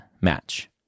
match